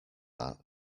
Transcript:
that